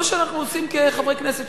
כמו שאנחנו עושים כחברי כנסת,